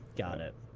got it.